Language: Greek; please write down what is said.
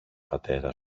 πατέρα